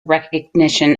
recognition